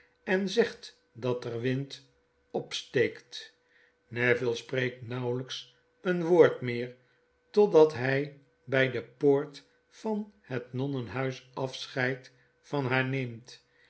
en zegt dat er wind opsteekt neville spreekt nauwelyks een woord meer totdat hy by de poort van het nonnenhuis afscheid van haar